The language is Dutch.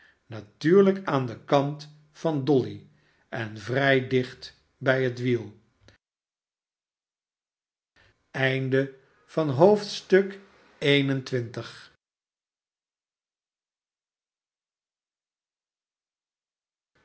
natuurlijk aan den kant van dolly en vrij dicht bij het wiel